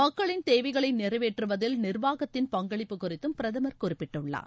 மக்களின் தேவைகளைநிறைவேற்றுவதில் நிர்வாகத்தின் பங்களிப்பு குறித்தும் பிரதமர் குறிப்பிட்டுள்ளார்